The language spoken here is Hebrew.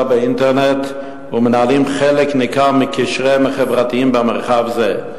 באינטרנט ומנהלים חלק ניכר מקשריהם החברתיים במרחב זה.